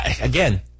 Again